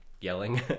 yelling